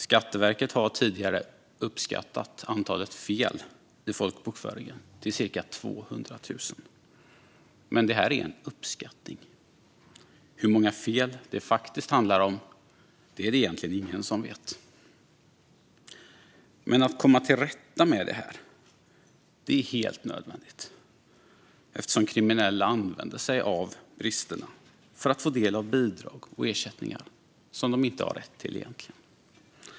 Skatteverket har tidigare uppskattat antalet fel i folkbokföringen till cirka 200 000. Men det är en uppskattning; hur många fel det faktiskt handlar om är det egentligen ingen som vet. Att komma till rätta med det här är dock helt nödvändigt eftersom kriminella använder sig av bristerna för att få del av bidrag och ersättningar som de egentligen inte har rätt till.